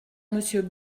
monsieur